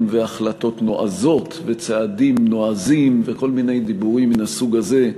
והחלטות נועזות וצעדים נועזים וכל מיני דיבורים מהסוג הזה,